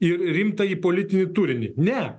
ir rimtąjį politinį turinį ne